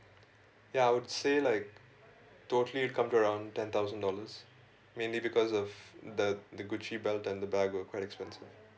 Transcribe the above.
ya I would say like totally come to around ten thousand dollars mainly because of the the gucci belt and the bag were quite expensive